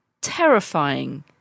terrifying